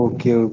Okay